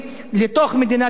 לתוך "הקו הירוק",